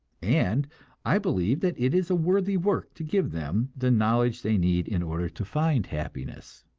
and i believe that it is a worthy work to give them the knowledge they need in order to find happiness.